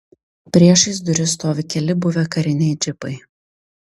priešais duris stovi keli buvę kariniai džipai